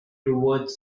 toward